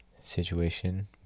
situation